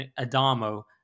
Adamo